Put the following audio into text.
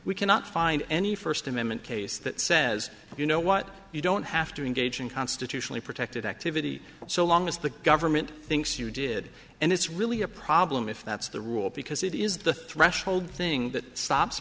we cannot find any first amendment case that says you know what you don't have to engage in constitutionally protected activity so long as the government thinks you did and it's really a problem if that's the rule because it is the threshold thing that stops